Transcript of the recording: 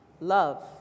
Love